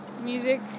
music